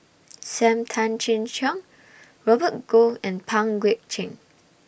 SAM Tan Chin Siong Robert Goh and Pang Guek Cheng